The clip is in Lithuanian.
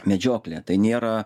medžioklė tai nėra